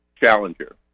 Challenger